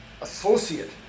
associate